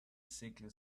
sickly